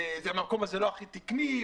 המקום הזה לא הכי תקני,